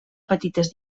petites